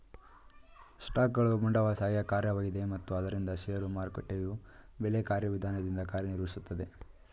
ಸ್ಟಾಕ್ಗಳು ಬಂಡವಾಳಶಾಹಿಯ ಕಾರ್ಯವಾಗಿದೆ ಮತ್ತು ಆದ್ದರಿಂದ ಷೇರು ಮಾರುಕಟ್ಟೆಯು ಬೆಲೆ ಕಾರ್ಯವಿಧಾನದಿಂದ ಕಾರ್ಯನಿರ್ವಹಿಸುತ್ತೆ